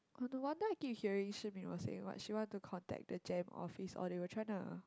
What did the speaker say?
oh no wonder I keep hearing shi min was saying what she want to contact the Gem office or they were trying to